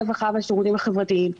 הרווחה והשירותים החברתיים.